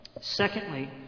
Secondly